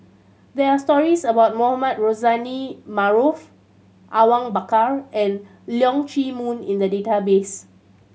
there are stories about Mohamed Rozani Maarof Awang Bakar and Leong Chee Mun in the database